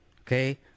okay